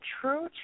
true